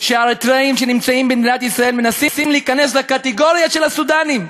שהאריתריאים שנמצאים במדינת ישראל מנסים להיכנס לקטגוריה של הסודאנים,